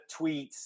tweets